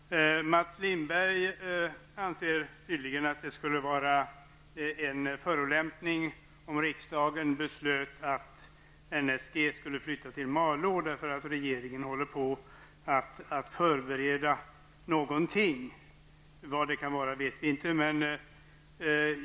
Herr talman! Mats Lindberg anser tydligen att det skulle uppfattas som en förolämpning om riksdagen beslöt att NSG skulle flytta till Malå. Regeringen håller på med förberedelser för någonting. Men vad det kan vara vet vi ingenting om.